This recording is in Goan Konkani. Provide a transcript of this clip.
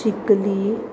चिकली